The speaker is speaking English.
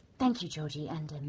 thank you, georgie. and,